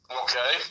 Okay